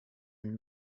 and